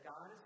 God